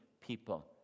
people